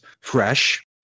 fresh